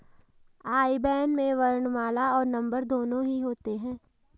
आई ban में वर्णमाला और नंबर दोनों ही होते हैं